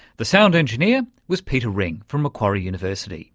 the sound engineer was peter ring from macquarie university.